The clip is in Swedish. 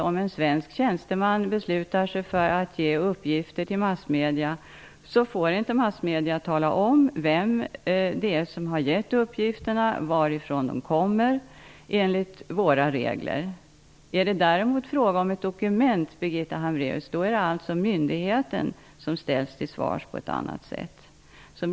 Om en svensk tjänsteman beslutar sig för att ge uppgifter till massmedierna får inte massmedierna enligt våra regler tala om vem det är som har gett uppgifterna och varifrån de kommer. Är det däremot fråga om ett dokument, Birgitta Hambraeus, är det myndigheten som på ett annat sätt ställs till svars.